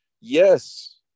Yes